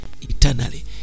eternally